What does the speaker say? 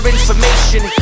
information